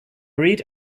read